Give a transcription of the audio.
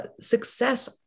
success